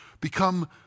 Become